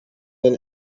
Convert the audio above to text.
than